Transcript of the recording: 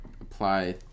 apply